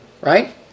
right